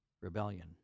Rebellion